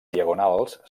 diagonals